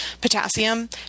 potassium